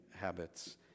habits